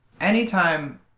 anytime